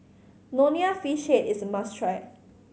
Nonya Fish Head is a must try